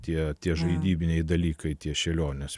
tie tie žaidybiniai dalykai tie šėliones visos